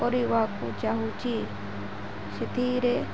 କରିବାକୁ ଚାହୁଁଛି ସେଥିରେ